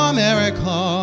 America